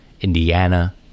Indiana